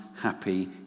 happy